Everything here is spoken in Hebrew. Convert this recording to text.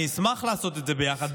אני אשמח לעשות את זה ביחד.